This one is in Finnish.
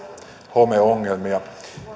homeongelmia